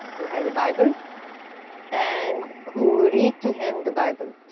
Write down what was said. who had a bible and who read to him the bible.